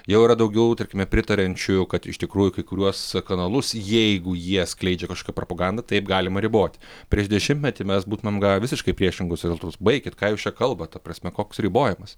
jau yra daugiau tarkime pritariančių kad iš tikrųjų kai kuriuos kanalus jeigu jie skleidžia kažkokią propagandą taip galima ribot prieš dešimtmetį mes būtumėm gavę visiškai priešingus rezultatus baikit ką jūs čia kalbat ta prasme koks ribojimas